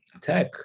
tech